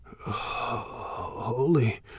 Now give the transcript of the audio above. Holy